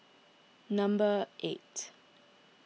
number eight